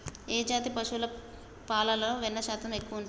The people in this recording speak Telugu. ఏ జాతి పశువుల పాలలో వెన్నె శాతం ఎక్కువ ఉంటది?